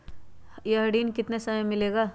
यह ऋण कितने समय मे मिलेगा?